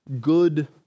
good